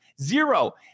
Zero